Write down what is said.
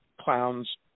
clowns